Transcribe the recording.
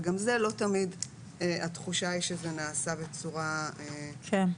וגם זה לא תמיד התחושה היא שזה נעשה בצורה מלאה.